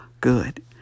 good